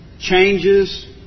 changes